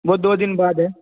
वह दो दिन बाद है